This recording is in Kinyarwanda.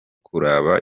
kuraba